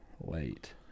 late